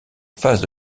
phase